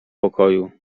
pokoju